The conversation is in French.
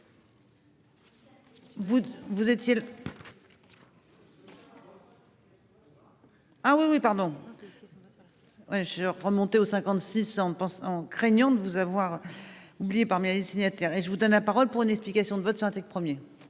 je vous donne la parole pour une explication de vote santé 1er.